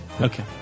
Okay